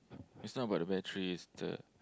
it's not about the battery it's the